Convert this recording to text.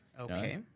Okay